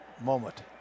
moment